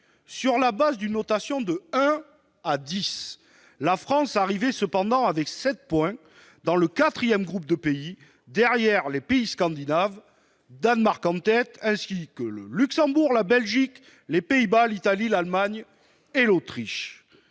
Sur la base d'une notation de 1 à 10, la France, avec 7 points, figurait dans le quatrième groupe de pays, derrière les pays scandinaves- Danemark en tête -, le Luxembourg, la Belgique, les Pays-Bas, l'Italie, l'Allemagne et l'Autriche.